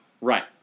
Right